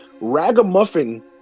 ragamuffin